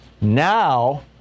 Now